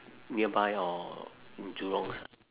nearby or jurong side